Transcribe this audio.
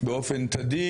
באופן תדיר.